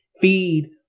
feed